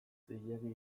zilegi